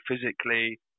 physically